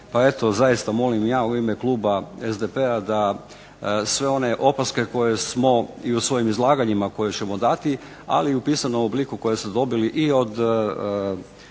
Pa eto zaista molim ja u ime kluba SDP-a da sve one opaske koje smo i u svojim izlaganjima koje ćemo dati, ali i u pisanom obliku koje ste dobili i od